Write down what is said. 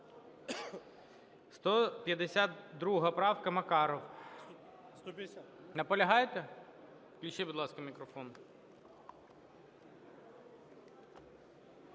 254-а, Макаров. Наполягаєте? Включіть, будь ласка, мікрофон.